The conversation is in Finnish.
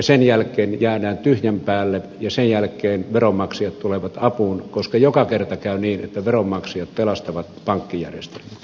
sen jälkeen jäädään tyhjän päälle ja sen jälkeen veronmaksajat tulevat apuun koska joka kerta käy niin että veronmaksajat pelastavat pankkijärjestelmän